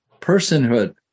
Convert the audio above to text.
personhood